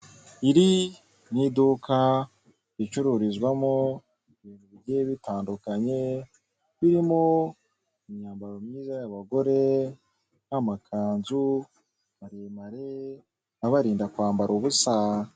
Iri ni iduka ricururizwamo ibintu bigiye bitandukanye birimo imyambaro myiza y'abagore n'amakanzu maremare abarinda kwambara ubusa.